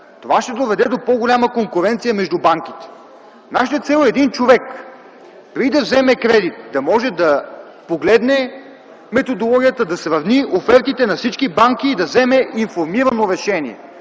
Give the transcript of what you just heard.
това ще доведе до по-голяма конкуренция между банките. Нашата цел е един човек, преди да вземе кредит, да може да погледне методологията, да сравни офертите на всички банки и да вземе информирано решение,